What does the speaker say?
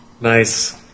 nice